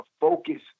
focus